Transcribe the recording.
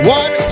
one